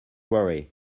worry